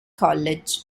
college